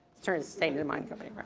turned its state into mining company, right.